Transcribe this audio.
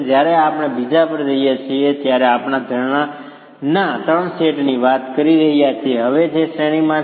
જ્યારે આપણે બીજા પર જઈએ છીએ ત્યારે આપણે ઝરણાના ત્રણ સેટની વાત કરી રહ્યા છીએ જે હવે શ્રેણીમાં છે